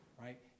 Right